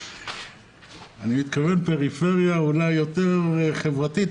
אני מתכוון לפריפריה אולי יותר חברתית,